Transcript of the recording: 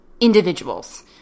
individuals